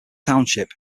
township